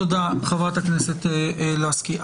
תודה חברת הכנסת לסקי.